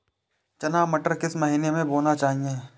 रचना मटर किस महीना में बोना चाहिए?